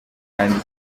kandi